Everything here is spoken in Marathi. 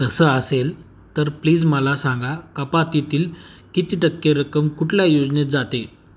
तसं असेल तर प्लीज मला सांगा कपातीतील किती टक्के रक्कम कुठल्या योजनेत जाते